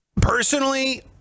personally